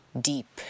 deep